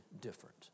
different